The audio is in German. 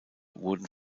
wurden